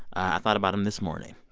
i thought about them this morning